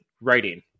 writing